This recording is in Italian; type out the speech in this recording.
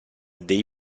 dei